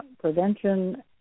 prevention